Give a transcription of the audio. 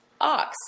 ox